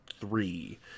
three